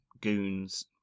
goons